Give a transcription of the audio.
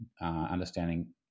understanding